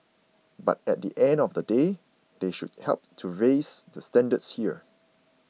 but at the end of the day they should help to raise the standards here